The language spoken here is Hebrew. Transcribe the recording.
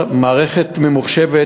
מערכת ממוחשבת,